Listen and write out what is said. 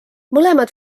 mõlemad